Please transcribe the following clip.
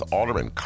Alderman